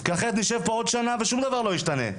כי אחרת נשב פה עוד שנה ושום דבר לא ישתנה.